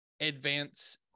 advance